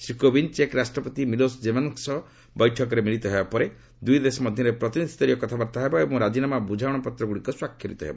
ଶ୍ରୀ କୋବିନ୍ଦ ଚେକ୍ ରାଷ୍ଟପତି ମିଲୋସ୍ ଜେମେନ୍ଙ୍କ ସହ ବୈଠକରେ ମିଳିତ ହେବା ପରେ ଦୁଇଦେଶ ମଧ୍ୟରେ ପ୍ରତିନିଧିସ୍ତରୀୟ କଥାବାର୍ତ୍ତା ହେବ ଏବଂ ରାଜିନାମା ଓ ବୁଝାମଣାପତ୍ର ଗୁଡିକ ସ୍ୱାକ୍ଷରିତ ହେବ